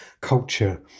culture